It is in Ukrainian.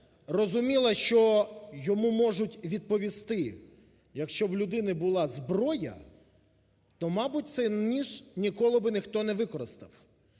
розуміла, що йому можуть відповісти, якщо б в людини була зброя, то, мабуть, цей ніж ніколи би ніхто не використав.